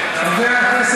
עיסאווי רגיל,